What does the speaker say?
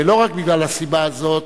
ולא רק בגלל הסיבה הזאת,